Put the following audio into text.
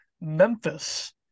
Memphis